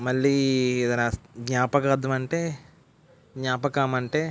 మళ్ళీ ఏదైనా జ్ఞాపకార్ధం అంటే జ్ఞాపకం అంటే